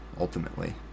ultimately